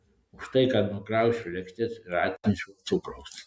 už tai kad nukrausčiau lėkštes ir atnešiau cukraus